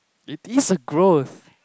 it is a growth